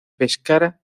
pescara